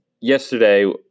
Yesterday